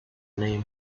name